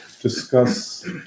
discuss